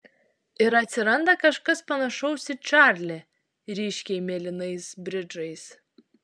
ir atsiranda kažkas panašaus į čarlį ryškiai mėlynais bridžais